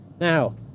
Now